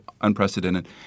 unprecedented